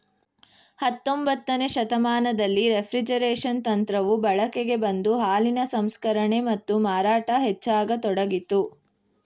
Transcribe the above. ಹತೊಂಬತ್ತನೇ ಶತಮಾನದಲ್ಲಿ ರೆಫ್ರಿಜರೇಷನ್ ತಂತ್ರವು ಬಳಕೆಗೆ ಬಂದು ಹಾಲಿನ ಸಂಸ್ಕರಣೆ ಮತ್ತು ಮಾರಾಟ ಹೆಚ್ಚಾಗತೊಡಗಿತು